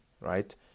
right